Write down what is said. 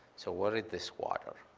so where is this water?